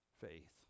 faith